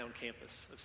campus